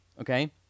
okay